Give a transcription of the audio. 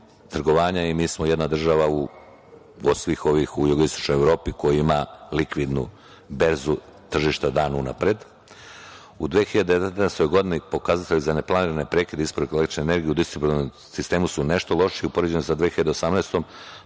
i mi smo jedna država od svih ovih u jugoistočnoj Evropi koja ima likvidnu berzu tržišta dan unapred.U 2019. godini pokazatelj za neplanirane prekide isporuke električne energije u distributivnom sistemu su nešto lošiji u poređenju sa 2018. godinom,